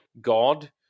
God